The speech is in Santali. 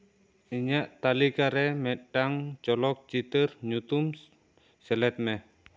ᱤᱧᱟᱹᱜ ᱛᱟᱹᱞᱤᱠᱟᱨᱮ ᱢᱤᱫᱴᱟᱝ ᱪᱚᱞᱚᱛ ᱪᱤᱛᱟᱹᱨ ᱧᱩᱛᱩᱢ ᱥᱮᱞᱮᱫ ᱢᱮ